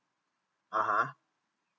(uh huh)